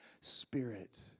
spirit